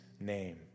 name